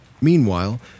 meanwhile